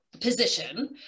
position